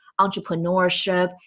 entrepreneurship